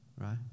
right